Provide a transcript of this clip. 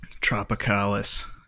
tropicalis